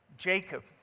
Jacob